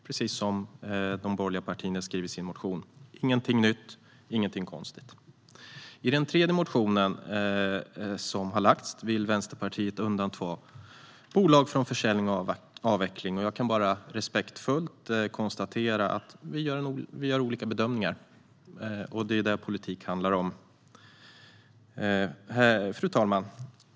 Precis som de borgerliga partierna skriver i sin motion: ingenting nytt, ingenting konstigt. I den tredje motionen som har lagts fram vill Vänsterpartiet undanta två bolag från försäljning och avveckling, och jag kan bara respektfullt konstatera att vi gör olika bedömningar. Det är det politik handlar om. Fru talman!